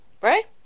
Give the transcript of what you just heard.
right